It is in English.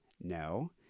No